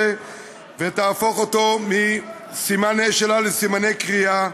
ותהפוך אותו מסימני שאלה לסימני קריאה.